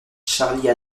charlie